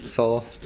so